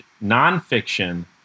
non-fiction